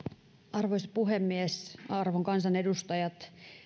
arvoisa puhemies arvon kansanedustajat